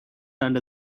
under